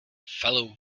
fellow